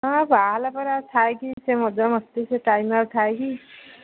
ହଁ ବାହା ହେଲା ପରେ ଆଉ ଥାଏ କି ସେ ମଜା ମସ୍ତି ସେ ଟାଇମ୍ରେ ଆଉ ଥାଏ କି